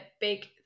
big